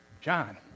John